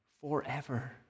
forever